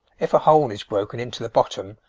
if a hole is broken into the bottom,